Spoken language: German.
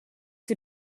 die